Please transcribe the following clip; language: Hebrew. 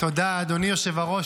תודה, אדוני היושב-ראש.